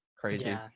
crazy